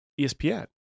ESPN